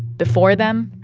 before them.